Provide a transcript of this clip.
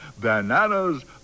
Bananas